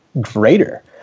greater